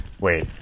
Wait